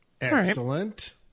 excellent